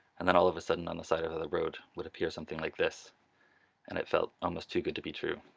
and then all of a sudden on the side of how the road would appear something like this and it felt almost too good to be true.